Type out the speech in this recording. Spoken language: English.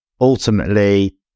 ultimately